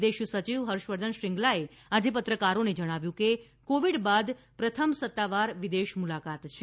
વિદેશ સચિવ હર્ષવર્ધન શ્રૃંગલાએ આજે પત્રકારોને જણાવ્યું કે કોવિડ બાદ પ્રથમ સત્તાવાર વિદેશ મુલાકાત છે